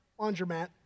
laundromat